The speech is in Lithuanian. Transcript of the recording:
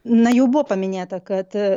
na jau buvo paminėta kad